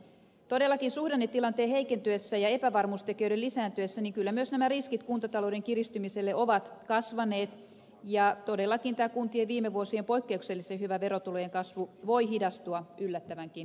todellakin suhdannetilanteen heikentyessä ja epävarmuustekijöiden lisääntyessä kyllä myös nämä riskit kuntatalouden kiristymiselle ovat kasvaneet ja todellakin tämä kuntien viime vuosien poikkeuksellisen hyvä verotulojen kasvu voi hidastua yllättävänkin nopeasti